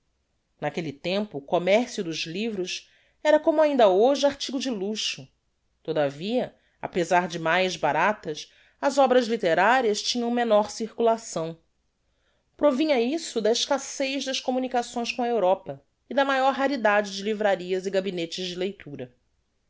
naquelle tempo o commercio dos livros era como ainda hoje artigo de luxo todavia apesar de mais baratas as obras litterarias tinham menor circulação provinha isso da escassez das communicações com a europa e da maior raridade de livrarias e gabinetes de leitura